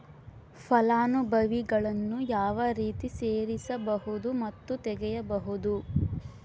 ಫಲಾನುಭವಿಗಳನ್ನು ಯಾವ ರೇತಿ ಸೇರಿಸಬಹುದು ಮತ್ತು ತೆಗೆಯಬಹುದು?